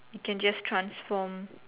you can just transform